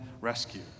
rescue